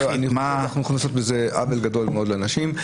אנחנו יכולים לעשות עוול גדול מאוד לאנשים.